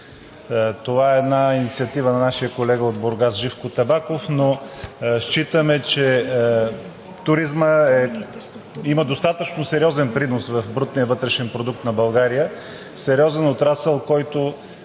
Това е една инициатива на нашия колега от Бургас – Живко Табаков, но считаме, че туризмът има достатъчно сериозен принос в брутния вътрешен продукт на България, сериозен отрасъл, който